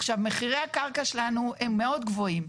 עכשיו, מחירי הקרקע שלנו הם מאוד גבוהים.